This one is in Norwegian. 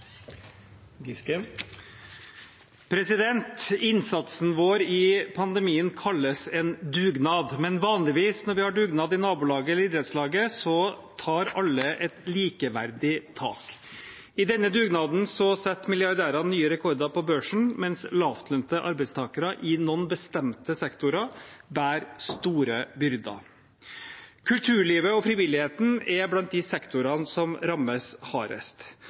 Innsatsen vår i pandemien kalles en dugnad, men vanligvis når vi har dugnad i nabolaget eller i idrettslaget, tar alle et likeverdig tak. I denne dugnaden setter milliardærene nye rekorder på børsen, mens lavtlønte arbeidstakere i noen bestemte sektorer bærer store byrder. Kulturlivet og frivilligheten er blant de sektorene som rammes hardest,